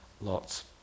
Lots